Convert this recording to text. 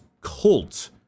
cult